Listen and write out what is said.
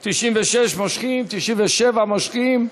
96, מושכים, 97, מושכים.